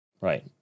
Right